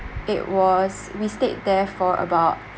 it was we stayed there for about